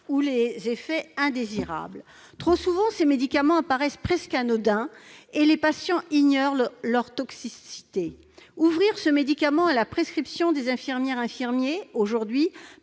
ou les effets indésirables. Trop souvent, ces médicaments apparaissent presque anodins et les patients ignorent leur toxicité. Ouvrir aujourd'hui ce médicament à la prescription des infirmiers et infirmières permettrait